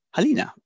Halina